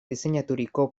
diseinaturiko